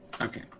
okay